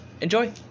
enjoy